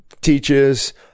teaches